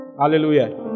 Hallelujah